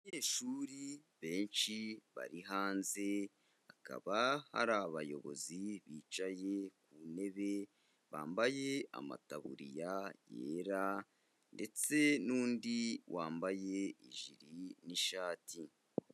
Abanyeshuri benshi bari hanze, hakaba hari abayobozi bicaye ku ntebe, bambaye amataburiya yera ndetse n'undi wambaye ijire n'ishati.